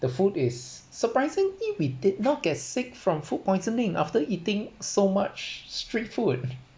the food is surprisingly we did not get sick from food poisoning after eating so much street food